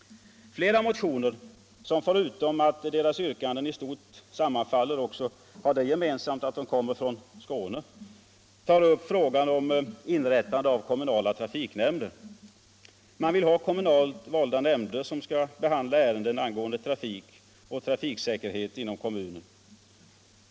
Flera motioner, som förutom att deras yrkanden i stort sammanfaller också har det gemensamt att de kommer från Skåne, tar upp frågan om inrättande av kommunala trafiknämnder. Man vill ha kommunalt valda nämnder som skall behandla ärenden angående trafik och trafiksäkerhet inom kommunen.